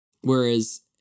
Whereas